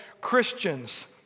Christians